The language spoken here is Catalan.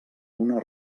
una